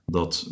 Dat